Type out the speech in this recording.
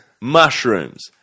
Mushrooms